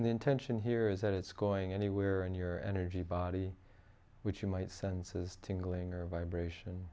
the intention here is that it's going anywhere in your energy body which you might senses tingling or vibration